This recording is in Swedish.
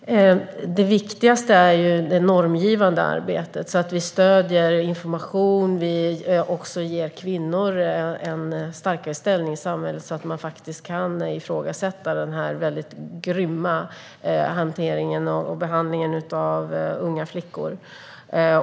Herr talman! Det viktigaste är det normgivande arbetet. Vi stöder information och ger också kvinnor en starkare ställning i samhället, så att de faktiskt kan ifrågasätta denna väldigt grymma hantering och behandling av unga flickor.